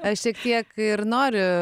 aš šiek tiek ir noriu